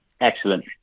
Excellent